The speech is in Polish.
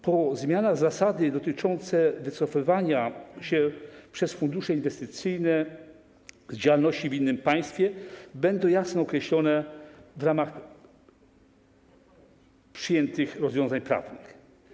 Po zmianach zasady dotyczące wycofywania się przez fundusze inwestycyjne z działalności w innym państwie będą jasno określone w ramach przyjętych rozwiązań prawnych.